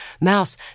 Mouse